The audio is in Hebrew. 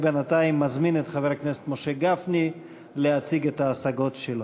בינתיים אני מזמין את חבר הכנסת משה גפני להציג את ההשגות שלו.